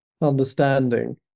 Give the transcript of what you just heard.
understanding